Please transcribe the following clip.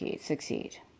succeed